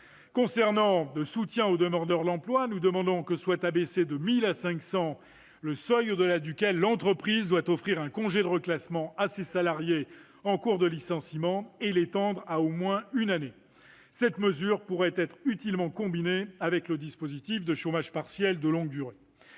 Quant au soutien aux demandeurs d'emploi, nous demandons que soit abaissé de 1 000 à 500 le seuil au-delà duquel une entreprise doit offrir un congé de reclassement à ses salariés en cours de licenciement et nous souhaitons que ce mécanisme soit étendu à au moins une année. Cette mesure pourrait être utilement combinée avec le dispositif de chômage partiel de longue durée.